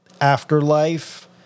afterlife